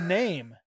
name